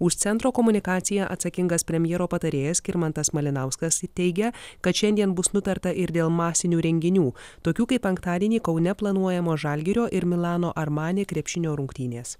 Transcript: už centro komunikaciją atsakingas premjero patarėjas skirmantas malinauskas teigia kad šiandien bus nutarta ir dėl masinių renginių tokių kaip penktadienį kaune planuojamo žalgirio ir milano armani krepšinio rungtynės